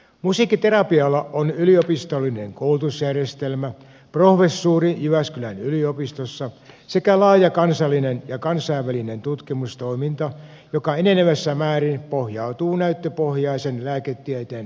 musiikkiterapialla on yliopistollinen koulutusjärjestelmä professuuri jyväskylän yliopistossa sekä laaja kansallinen ja kansainvälinen tutkimustoiminta joka enenevässä määrin pohjautuu näyttöpohjaisen lääketieteen standardeihin